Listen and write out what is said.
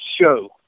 show